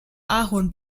ahorn